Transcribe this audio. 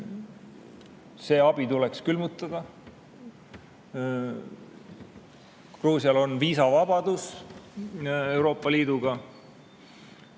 See abi tuleks külmutada. Gruusial on viisavabadus Euroopa Liiduga.